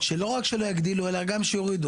לא רק שלא יגדילו אלא גם שיקטינו.